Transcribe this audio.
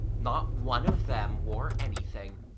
not one of them wore anything.